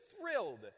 thrilled